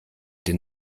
den